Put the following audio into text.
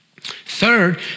Third